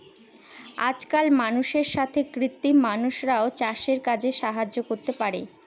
আজকাল মানুষের সাথে কৃত্রিম মানুষরাও চাষের কাজে সাহায্য করতে পারে